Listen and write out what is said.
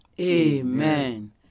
Amen